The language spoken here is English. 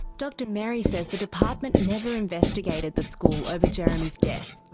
dr merry says the department never investigated the school over jeremy's death.